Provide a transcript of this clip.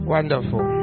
Wonderful